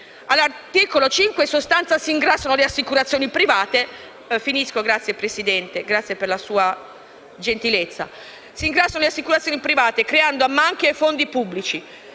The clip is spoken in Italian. All'articolo 5, in sostanza, si ingrassano le assicurazioni private, creando ammanchi ai fondi pubblici.